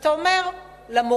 ואתה אומר למורים,